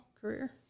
career